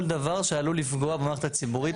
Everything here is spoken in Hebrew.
כל דבר שעלול לפגוע במערכת הציבורית,